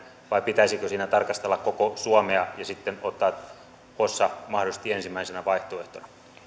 vai pitäisikö siinä tarkastella koko suomea ja sitten ottaa hossa mahdollisesti ensimmäisenä vaihtoehtona